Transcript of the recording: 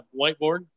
whiteboard